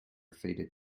faded